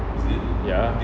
ya